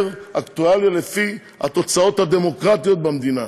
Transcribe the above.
אקטואליה לפי התוצאות הדמוקרטיות במדינה.